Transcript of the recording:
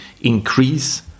increase